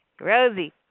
Rosie